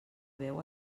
veu